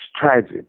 tragic